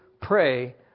pray